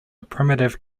primitive